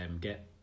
get